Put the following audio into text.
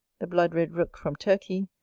the blood-red rook from turkey,